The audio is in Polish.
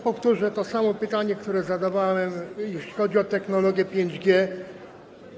Powtórzę to samo pytanie, które zadawałem, jeśli chodzi o technologię 5G.